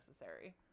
necessary